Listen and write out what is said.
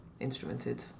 instrumented